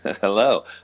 Hello